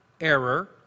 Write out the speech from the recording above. error